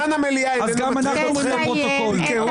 זמן המליאה איננו מטריד אתכם כהוא זה.